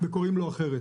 וקוראים לו בשם אחר.